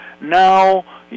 Now